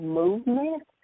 movement